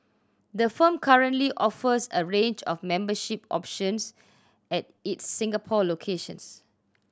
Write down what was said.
the firm currently offers a range of membership options at its Singapore locations